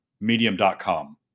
medium.com